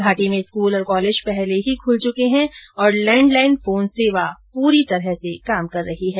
घाटी में स्कूल और कॉलेज पहले ही खुल चुके हैं तथा लैंडलाइन फोन सेवा पूरी तरह काम कर रही है